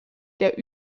der